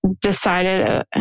decided